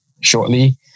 shortly